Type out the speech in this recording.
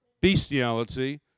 bestiality